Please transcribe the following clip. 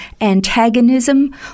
antagonism